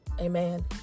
Amen